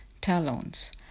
talons